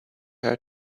her